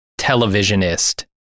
televisionist